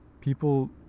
people